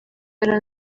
yari